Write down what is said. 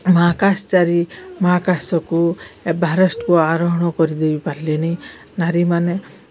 ମହାକାଶ ଚାରି ମହାକାଶକୁ ଏଭରେଷ୍ଟକୁ ଆରୋହଣ କରିଦେଇ ପାରିଲେଣିି ନାରୀମାନେ